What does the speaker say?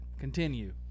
continue